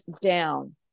down